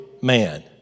man